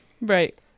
Right